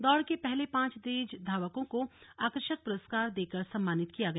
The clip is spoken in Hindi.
दौड़ के पहले पांच तेज धावकों को आकर्षक पुरस्कार देकर सम्मानित किया गया